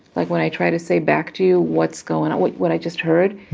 like when i tried to say back to you what's going on what what i just heard.